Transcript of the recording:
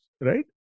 right